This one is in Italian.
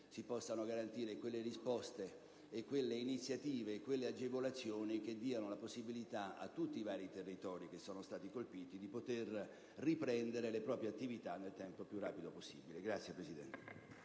si possano garantire quelle risposte, quelle iniziative e quelle agevolazioni che diano la possibilità a tutti i vari territori che sono stati colpiti di riprendere le proprie attività nel tempo più rapido possibile. *(Applausi